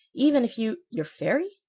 even if you your fairy?